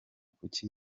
kuki